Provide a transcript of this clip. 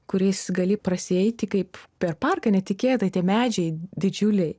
kuriais gali prasieiti kaip per parką netikėtai tie medžiai didžiuliai